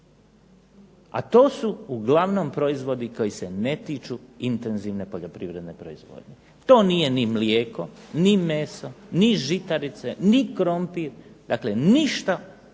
a to su uglavnom proizvodi koji se ne tiču intenzivne poljoprivredne proizvodnje. To nije ni mlijeko, ni meso, ni žitarice, ni krompir. Dakle, ništa od